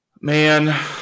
Man